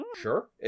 Sure